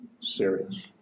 serious